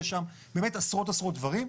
יש שם באמת עשרות דברים.